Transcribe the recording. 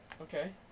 Okay